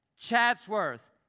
Chatsworth